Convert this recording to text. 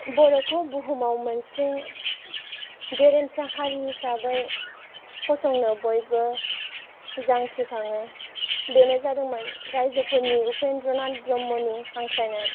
बर'खौ बुहुमाव मोनसे गेरेमसा हारि हिसाबै फसंनो बयबो जांख्रिखाङो बेनो जादोंमोन राइजोफोरनि उपेन्द्र' नाथ ब्रह्मनि हांख्रायनाय